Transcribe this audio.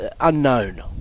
unknown